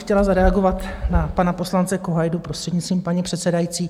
Chtěla bych zareagovat na pana poslance Kohajdu, prostřednictvím paní předsedající.